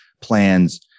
plans